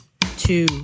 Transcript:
two